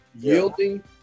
yielding